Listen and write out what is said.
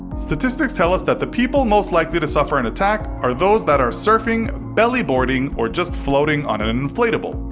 statistics tell us that the people most likely to suffer an attack are those that are surfing, belly-boarding, or just floating on an inflatable.